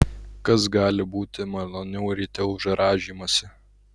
kas gali būti maloniau ryte už rąžymąsi